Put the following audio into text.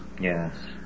Yes